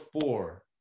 four